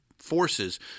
forces